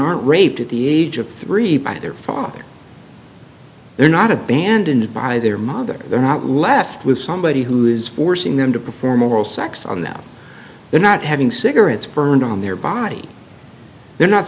aren't raped at the age of three by their father they're not abandoned by their mother they're not left with somebody who is forcing them to perform oral sex on them they're not having cigarettes burned on their body they're not